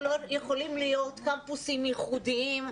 יכולים להיות קמפוסים ייחודיים,